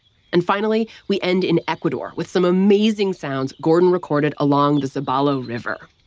and finally, we end in ecuador, with some amazing sounds gordon recorded along the zabalo river